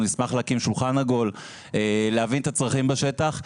נשמח להקים שולחן עגול כדי להבין את הצרכים בשטח.